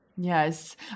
Yes